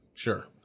Sure